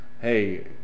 hey